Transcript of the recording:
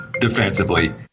defensively